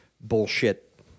bullshit